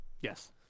Yes